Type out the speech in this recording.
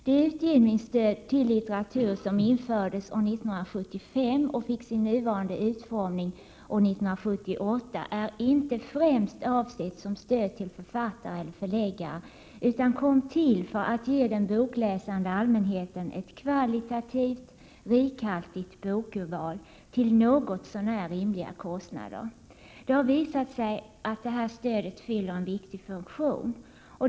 Det utgivningsstöd till litteratur som infördes år 1975 och fick sin nuvarande utformning år 1978 är inte främst avsett som stöd till författare eller förläggare utan kom till för att ge den bokläsande allmänheten ett kvalitativt rikhaltigt bokurval till något så när rimliga kostnader. Det har visat sig att detta stöd fyller en viktig funktion.